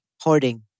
hoarding